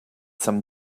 some